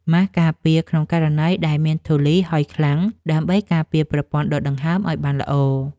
ម៉ាសការពារក្នុងករណីដែលមានធូលីហុយខ្លាំង ដើម្បីការពារប្រព័ន្ធដកដង្ហើមឱ្យបានល្អ។